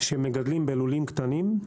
שמגדלים בלולים קטנים,